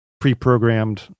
pre-programmed